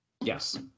Yes